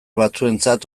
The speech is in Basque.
batzuentzat